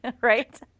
Right